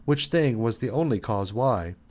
which thing was the only cause why,